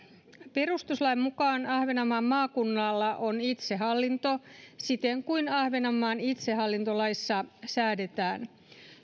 perustuslain mukaan ahvenanmaan maakunnalla on itsehallinto siten kuin ahvenanmaan itsehallintolaissa säädetään